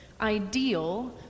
ideal